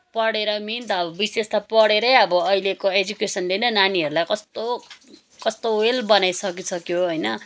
पढेर मेन त अब विशेष त पढेरै अब अहिलेको एजुकेसनले नै नानीहरूलाई कस्तो कस्तो वेल बनाई सकिसक्यो होइन